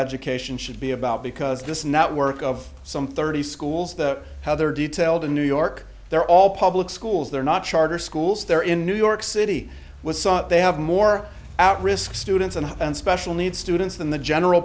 observation should be about because this network of some thirty schools the how they're detailed in new york they're all public schools they're not charter schools they're in new york city was sought they have more out risk students and special needs students than the general